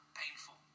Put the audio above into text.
painful